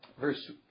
verse